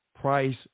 price